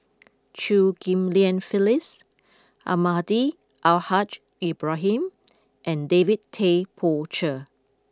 Chew Ghim Lian Phyllis Almahdi Al Haj Ibrahim and David Tay Poey Cher